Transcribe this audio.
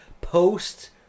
post